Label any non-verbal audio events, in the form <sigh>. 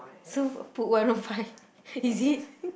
so I put one O five is it <laughs>